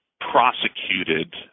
prosecuted